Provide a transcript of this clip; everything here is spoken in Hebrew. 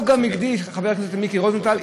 חבר הכנסת מיקי רוזנטל,